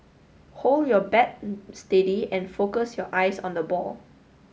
hold your bat steady and focus your eyes on the ball